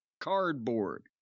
cardboard